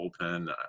bullpen